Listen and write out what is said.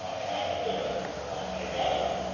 and i had dinner at a gathering.